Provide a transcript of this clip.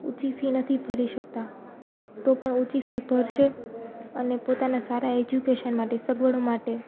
ઊંચી ફી નથી ભરી શકતા તો પણ ઊંચી ફી ભરશે અને પોતાના સારા એજ્યુકેશન માટે સગવડો માટે